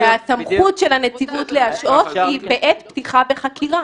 כי הסמכות של הנציבות להשעות היא בעת פתיחה בחקירה.